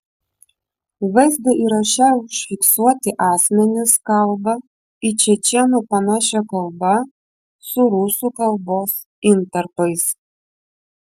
vaizdo įraše užfiksuoti asmenys kalba į čečėnų panašia kalba su rusų kalbos intarpais